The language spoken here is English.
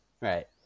right